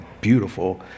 beautiful